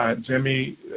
Jimmy